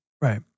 right